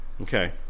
Okay